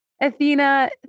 Athena